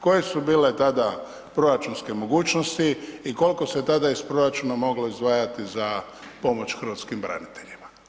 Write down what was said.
Koje su bile tada proračunske mogućnosti i kolko se tada iz proračuna moglo izdvajati za pomoć hrvatskim braniteljima?